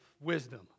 Wisdom